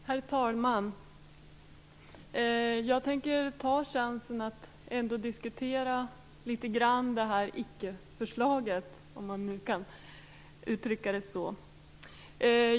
Herr talman! Jag tänker ta chansen att något diskutera "icke-förslaget".